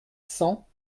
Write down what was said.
cent